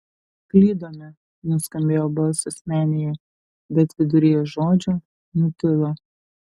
klydome nuskambėjo balsas menėje bet viduryje žodžio nutilo